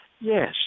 Yes